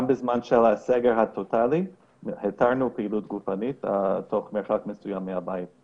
גם בזמן הסגר הטוטלי היתרנו פעילות גופנית תוך מרחק מסוים מהבית.